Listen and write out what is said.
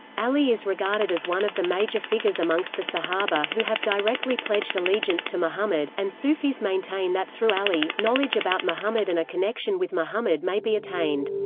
ali is regarded as one of the major figures amongst the sahaba who have directly pledged allegiance to muhammad, and sufis maintain that through ali, knowledge about muhammad and a connection with muhammad may be attained.